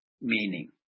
meaning